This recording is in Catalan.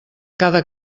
cada